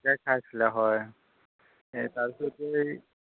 খাইছিলে হয় এই তাৰপিছতে এই